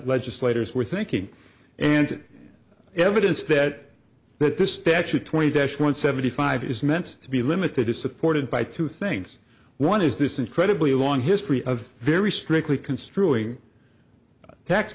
legislators were thinking and evidence that that this statute twenty desh one seventy five is meant to be limited is supported by two things one is this incredibly long history of very strictly construing tax